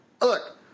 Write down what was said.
Look